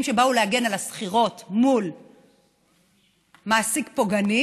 שבאו להגן על השכירוֹת מול מעסיק פוגעני